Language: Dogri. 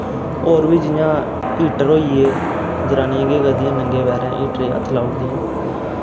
होर बी जि'यां हीटर होई गे जनानियां केह् करदियां नंगे पैरें हीटरे हत्थ लाई ओड़दियां